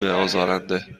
ازارنده